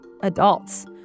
adults